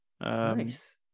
Nice